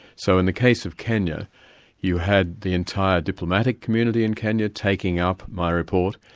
so in the case of kenya you had the entire diplomatic community in kenya taking up my report,